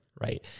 right